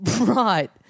right